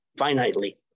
finitely